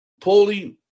Paulie